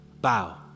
bow